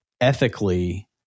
ethically